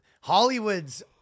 Hollywood's